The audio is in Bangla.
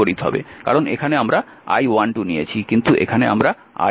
কারণ এখানে আমরা I12 নিয়েছি কিন্তু এখানে আমরা I21 নিয়েছি